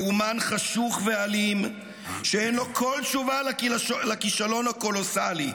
לאומן חשוך ואלים שאין לו כל תשובה לכישלון הקולוסלי,